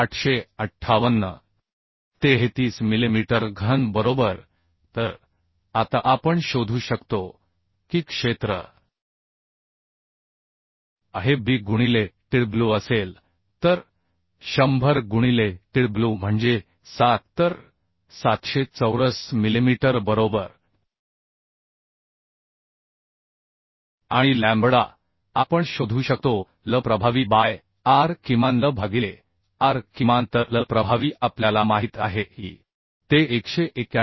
33 millimetre घन बरोबर तर आता आपण शोधू शकतो की क्षेत्र A हे B गुणिले Tw असेल तर 100 गुणिले Tw म्हणजे 7 तर 700 चौरस मिलिमीटर बरोबर आणि लॅम्बडा आपण शोधू शकतो L प्रभावी बाय R किमान L भागिले R किमान तरL प्रभावी आपल्याला माहित आहे की ते 191